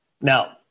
now